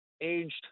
aged